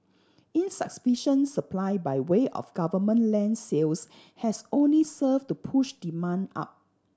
insufficient supply by way of government land sales has only served to push demand up